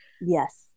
Yes